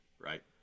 right